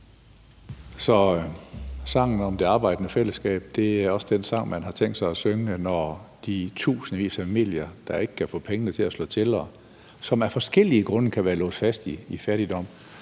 Så sangen om det arbejdende fællesskab er også den sang, man har tænkt sig at synge, når de tusindvis af familier, der ikke kan få pengene til at slå til, og som af forskellige grunde kan være låst fast i fattigdom,